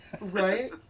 Right